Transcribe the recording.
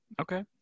Okay